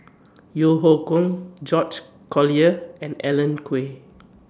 Yeo Hoe Koon George Collyer and Alan Oei